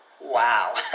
wow